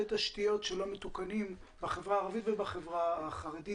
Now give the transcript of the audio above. תשתיות שלא מתוקנים בחברה הערבית ובחברה החרדית,